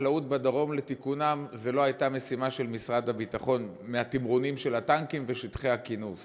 החקלאות בדרום לתיקונם לאחר התמרונים של הטנקים ושטחי הכינוס